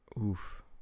oof